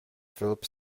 philip